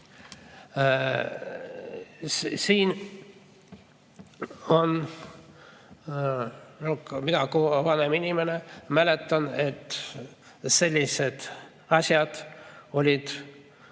muud. Mina kui vanem inimene mäletan, et sellised asjad olid